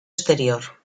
exterior